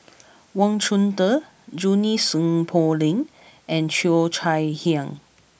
Wang Chunde Junie Sng Poh Leng and Cheo Chai Hiang